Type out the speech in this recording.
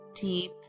deep